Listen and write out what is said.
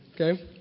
Okay